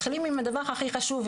מתחילים עם הדבר הכי חשוב,